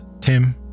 Tim